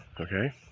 okay